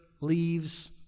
leaves